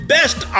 Best